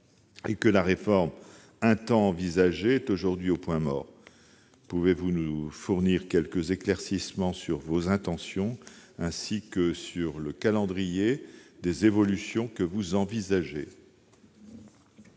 et que la réforme un temps envisagée est aujourd'hui au point mort. Pouvez-vous nous fournir quelques éclaircissements sur vos intentions, ainsi que sur le calendrier des évolutions que vous envisagez ?